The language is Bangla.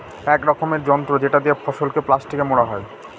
এক রকমের যন্ত্র যেটা দিয়ে ফসলকে প্লাস্টিকে মোড়া হয়